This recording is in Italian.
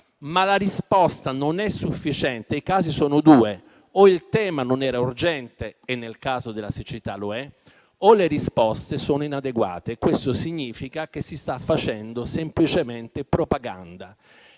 e la risposta non è sufficiente, i casi sono due: o il tema non era urgente e, nel caso della siccità, lo è, o le risposte sono inadeguate. Ciò significa che si sta facendo semplicemente propaganda.